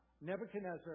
Nebuchadnezzar